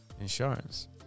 insurance